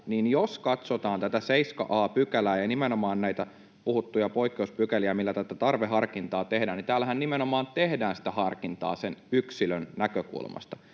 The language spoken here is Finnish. Mutta jos katsotaan tätä 7 a §:ää ja nimenomaan näitä puhuttuja poikkeuspykäliä, millä tätä tarveharkintaa tehdään, niin täällähän nimenomaan tehdään sitä harkintaa sen yksilön näkökulmasta.